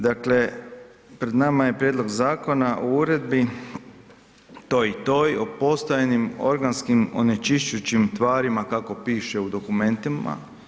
Dakle, pred nama je prijedlog zakona o uredbi toj i toj o postojanim organskim onečišćujućim tvarima kako piše u dokumentima.